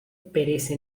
perece